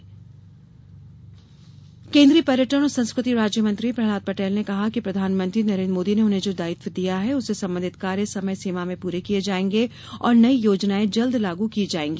Patel PC केन्द्रीय पर्यटन और संस्कृति राज्य मंत्री प्रहलाद पटेल ने कहा कि प्रधानमंत्री नरेन्द्र मोदी ने उन्हें जो दायित्व दिया है उससे संबंधित कार्य समय सीमा में पूरे किये जाएंगे और नई योजनाएं जल्द लागू की जाएगी